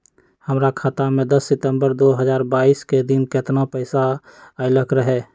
हमरा खाता में दस सितंबर दो हजार बाईस के दिन केतना पैसा अयलक रहे?